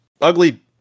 Ugly